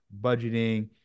budgeting